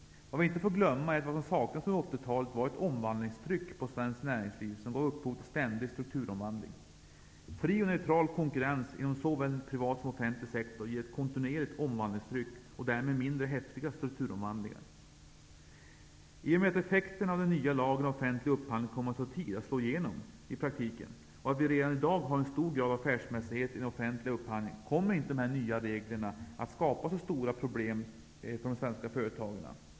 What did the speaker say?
Vad vi inte får glömma är att det som saknades under 80-talet var ett omvandlingstryck på svenskt näringsliv som gav upphov till ständig strukturomvandling. Fri och neutral konkurrens inom såväl privat som offentlig sektor ger ett kontinuerligt omvandlingstryck och därmed mindre häftiga strukturomvandlingar. I och med att effekterna av den nya lagen om offentlig upphandling kommer att ta tid att slå igenom i praktiken, och att vi redan i dag har en stor grad av affärsmässighet i den offentliga upphandlingen, kommer inte de nya reglerna att skapa så stora problem för de svenska företagen.